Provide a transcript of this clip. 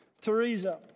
Teresa